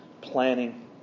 planning